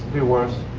be worse.